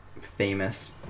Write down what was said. famous